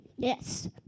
Yes